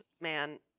man